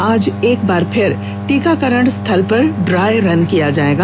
आज एक बार फिर टीकाकरण स्थल पर ड्राइ रन भी किया जायेगा